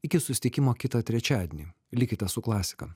iki susitikimo kitą trečiadienį likite su klasika